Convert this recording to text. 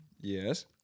Yes